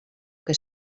que